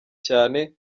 cyane